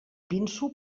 pinso